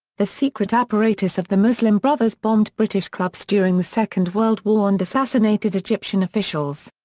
the secret apparatus of the muslim brothers bombed british clubs during the second world war and assassinated egyptian officials.